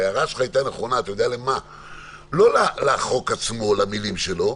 ההערה שלך הייתה נכונה לא לחוק עצמו, למילים שלו,